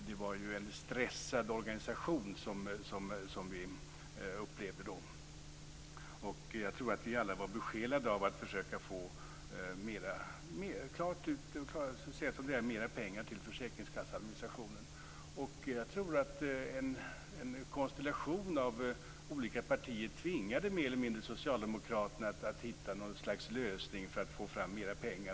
Det var ju en stressad organisation som vi upplevde då. Jag tror att vi alla var besjälade av att försöka få mer pengar till försäkringskasseadministrationen. Jag tror att en konstellation av olika partier mer eller mindre tvingade socialdemokraterna för att hitta något slags lösning för att få mer pengar.